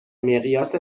مقیاس